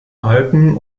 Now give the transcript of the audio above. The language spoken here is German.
alten